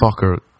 fucker